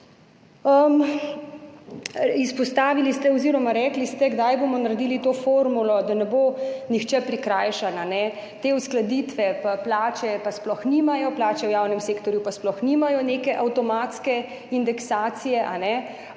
Izpostavili ste oziroma rekli ste, kdaj bomo naredili to formulo, da ne bo nihče prikrajšan. Te uskladitve pa plače, plače v javnem sektorju pa sploh nimajo neke avtomatske indeksacije,